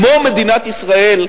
כמו מדינת ישראל,